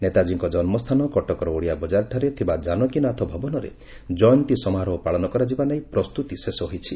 ନେତାଜୀଙ୍କ ଜନୁସ୍ଥାନ କଟକର ଓଡ଼ିଆବକାରଠାରେ ଥିବା ଜାନକୀନାଥ ଭବନରେ ଜୟନ୍ତୀ ସମାରୋହ ପାଳନ କରାଯିବା ନେଇ ପ୍ରସ୍ତୁତି ଶେଷ ହୋଇଛି